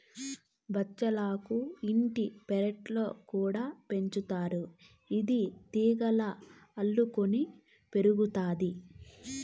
బచ్చలాకు ఇంటి పెరట్లో కూడా పెంచుతారు, ఇది తీగలుగా అల్లుకొని పెరుగుతాది